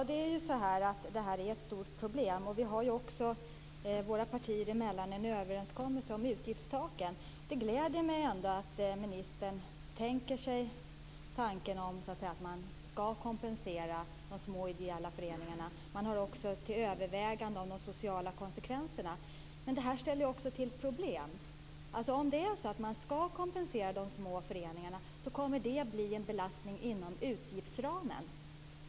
Fru talman! Det här är ett stort problem. Vi har också, våra partier emellan, en överenskommelse om utgiftstaken. Det gläder mig ändå att ministern kan tänka sig att man skall kompensera de små, ideella föreningarna. Man gör också ett övervägande av de sociala konsekvenserna. Men det här ställer också till problem. Om man skall kompensera de små föreningarna kommer det att bli en belastning inom utgiftsramen.